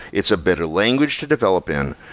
it's a better language to develop in.